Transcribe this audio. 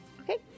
Okay